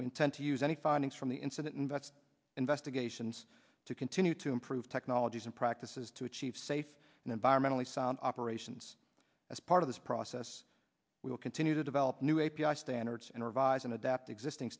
intend to use any findings from the incident that's investigations to continue to improve technologies and practices to achieve safe and environmentally sound operations as part of this process we will continue to develop new a p i standards and revise and adapt existing